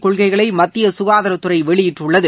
கொள்கைளை மத்திய சுகாதாரத்துறை வெளியிட்டுள்ளது